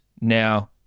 now